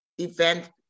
event